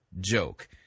joke